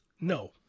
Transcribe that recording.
No